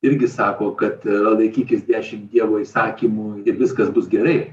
irgi sako kad laikykis dešim dievo įsakymų ir viskas bus gerai